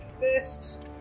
fists